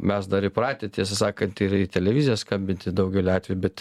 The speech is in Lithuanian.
mes dar įpratę tiesą sakant ir į televiziją skambinti daugeliu atvejų bet